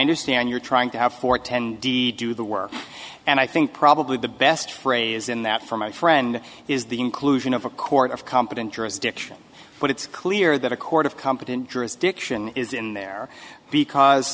understand you're trying to have for ten d do the work and i think probably the best phrase in that for my friend is the inclusion of a court of competent jurisdiction but it's clear that a court of competent jurisdiction is in there because